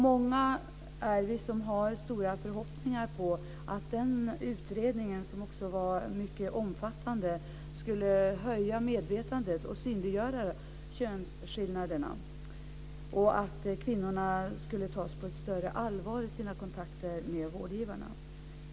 Många är vi som haft stora förhoppningar på att den utredningen, som också var mycket omfattande, skulle höja medvetandet och synliggöra könsskillnaderna, så att kvinnorna skulle tas på större allvar i sina kontakter med vårdgivarna.